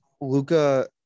Luca